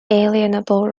unalienable